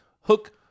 hook